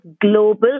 global